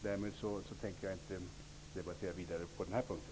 Därmed tänker jag inte debattera vidare på den här punkten.